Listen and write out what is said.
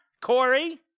Corey